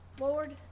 Lord